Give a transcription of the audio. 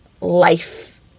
life